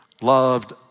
loved